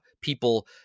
people